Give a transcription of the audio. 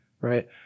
right